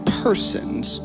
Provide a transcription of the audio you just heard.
persons